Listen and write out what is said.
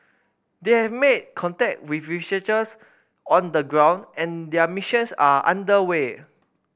they have made contact with researchers on the ground and their missions are under way